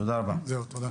תודה.